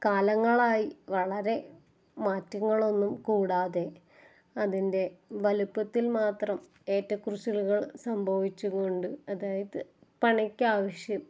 കാലങ്ങളായി വളരെ മാറ്റങ്ങളൊന്നും കൂടാതെ അതിൻ്റെ വലുപ്പത്തിൽ മാത്രം ഏറ്റകുറച്ചിലുകൾ സംഭവിച്ച് കൊണ്ട് അതായത് പണിക്കാവശ്യം